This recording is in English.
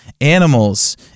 animals